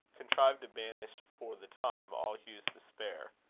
contrived to banish for the time all hugh's despair,